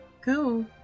go